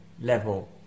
level